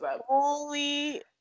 holy